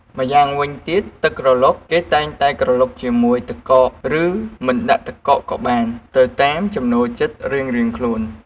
ម្យ៉ាងវិញទៀត ទឹកក្រឡុកគេតែងតែក្រឡុកជាមួយទឹកកក ឬមិនដាក់ទឹកកកក៏បាន ទៅតាមចំណូលចិត្តរៀងៗខ្លួន។